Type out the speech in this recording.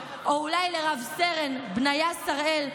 או אולי לרב-סרן בניה שראל,